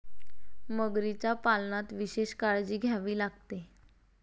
मगरीच्या पालनात विशेष काळजी घ्यावी लागते